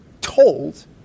told